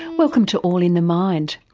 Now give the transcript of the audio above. welcome to all in the mind.